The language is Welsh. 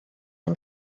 yng